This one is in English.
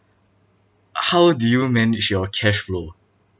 how do you manage your cashflow